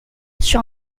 sur